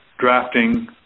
drafting